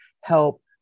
help